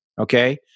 Okay